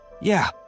Yeah